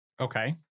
Okay